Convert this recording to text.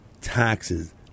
taxes